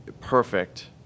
perfect